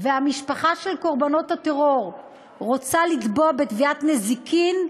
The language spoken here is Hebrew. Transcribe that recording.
והמשפחה של קורבנות הטרור רוצה לתבוע בתביעת נזיקין,